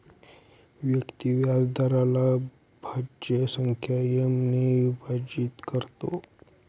व्यक्ती व्याजदराला अभाज्य संख्या एम ने विभाजित करतो